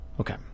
Okay